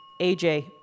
AJ